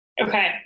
Okay